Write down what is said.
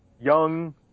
Young